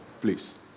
please